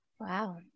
Wow